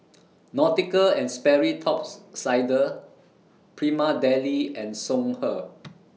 Nautica and Sperry Tops Sider Prima Deli and Songhe